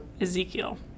Ezekiel